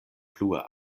plue